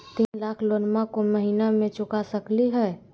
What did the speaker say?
तीन लाख लोनमा को महीना मे चुका सकी हय?